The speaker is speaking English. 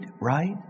Right